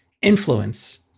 influence